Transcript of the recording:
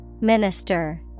Minister